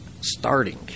starting